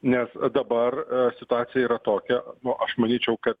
nes dabar situacija yra tokia o aš manyčiau kad